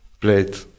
played